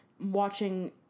watching